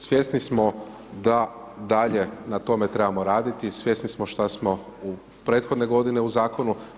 Svjesni smo da dalje na tome trebamo raditi i svjesni smo šta smo prethodne godine u zakonu.